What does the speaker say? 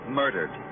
murdered